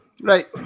Right